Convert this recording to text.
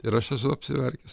ir aš esu apsiverkęs